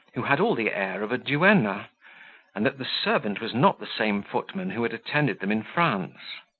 who had all the air of a duenna and that the servant was not the same footman who had attended them in france.